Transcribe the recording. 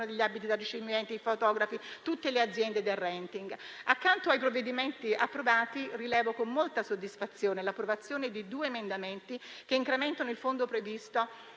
degli abiti da ricevimento, i fotografi e tutte le aziende del *renting.* Accanto ai provvedimenti approvati, rilevo con molta soddisfazione l'approvazione di due emendamenti che incrementano il fondo previsto